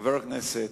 חבר הכנסת,